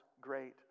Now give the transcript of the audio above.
great